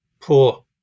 poor